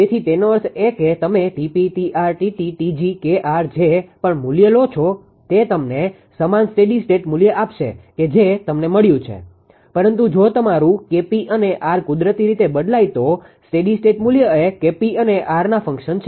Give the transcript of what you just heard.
તેથી તેનો અર્થ એ કે તમે 𝑇𝑝 𝑇𝑟 𝑇𝑡 𝑇𝑔 𝐾𝑟 જે પણ મૂલ્ય લો છો તે તમને સમાન સ્ટેડી સ્ટેટ મૂલ્ય આપશે કે જે તમને મળ્યું છે પરંતુ જો તમારું 𝐾𝑝 અને R કુદરતી રીતે બદલાય તો સ્ટેડી સ્ટેટ મૂલ્ય એ 𝐾𝑝 અને Rના ફંક્શન છે